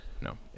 No